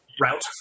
route